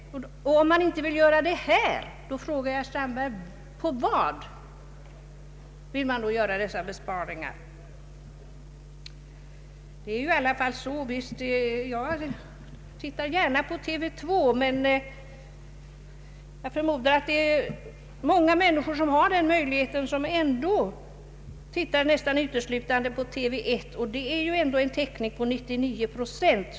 Om man inte vill göra det här, så frågar jag herr Strandberg: På vad vill man göra dessa besparingar? Jag tittar gärna på TV 2, men jag förmodar att det finns många människor som har samma möjlighet men ändå tittar nästan uteslutande på TV 1, som ändå har en täckning på 99 procent.